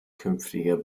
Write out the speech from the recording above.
künftiger